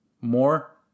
more